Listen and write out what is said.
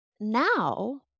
now